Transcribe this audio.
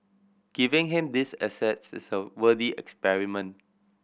giving him these assets is a worthy experiment